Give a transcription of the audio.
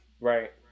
Right